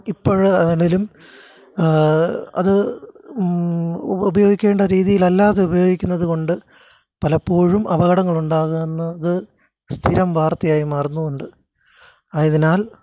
ഇപ്പോൾ ആണെങ്കിലും അത് ഉപയോഗിക്കേണ്ട രീതിയിലല്ലാതെ ഉപയോഗിക്കുന്നതുകൊണ്ട് പലപ്പോഴും അപകടങ്ങളുണ്ടാകുന്നത് സ്ഥിരം വാർത്തയായി മാറുന്നുമുണ്ട് ആയതിനാൽ